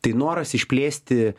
tai noras išplėsti